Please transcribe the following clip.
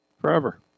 forever